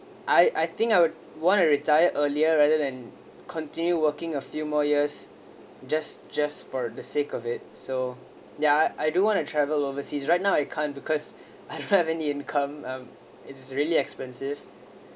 I I think I would want to retire earlier rather than continue working a few more years just just for the sake of it so ya I I don't want to travel overseas right now I can't because I don't have any income um it's really expensive